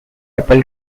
apple